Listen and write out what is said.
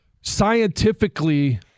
scientifically